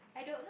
I don't know